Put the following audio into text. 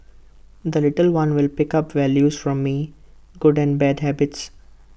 the little one will pick up values from me good and bad habits